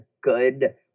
good